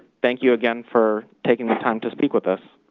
thank you again for taking the time to speak with us.